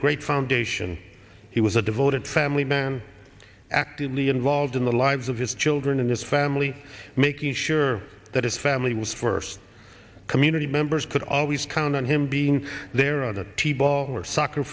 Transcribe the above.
great foundation he was a devoted family man actively involved in the lives of his children and his family making sure that his family was first community members could always count on him being there on a t ball or soccer